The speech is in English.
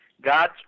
God